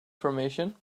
formation